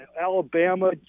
Alabama